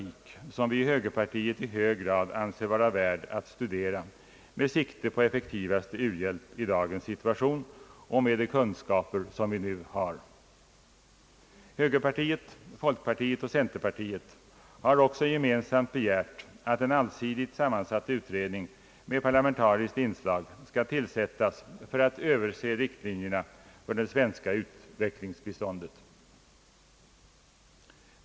internationellt utvecklingsbistånd som vi i högerpartiet i hög grad anser vara värd att studera med sikte på effektivaste u-hjälp i dagens situation och med de kunskaper som vi nu har. Högerpartiet, folkpartiet och centerpartiet har också gemensamt begärt att en allsidigt sammansatt utredning med parlamentariskt inslag skall tillsättas för att överse riktlinjerna för det svenska utvecklingsbiståndet.